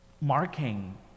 marking